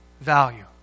value